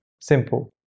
simple